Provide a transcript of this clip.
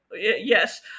Yes